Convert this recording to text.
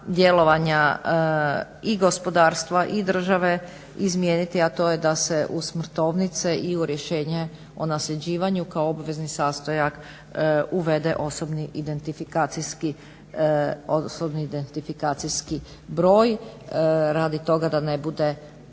i gospodarstva i države izmijeniti, a to je da se u smrtovnice i u rješenje o nasljeđivanju kao obvezni sastojak uvede osobni identifikacijski broj radi toga da ne bude